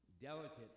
delicate